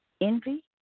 Envy